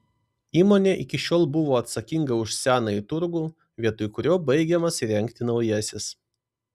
įmonė iki šiol buvo atsakinga už senąjį turgų vietoj kurio baigiamas įrengti naujasis